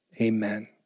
Amen